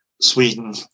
Sweden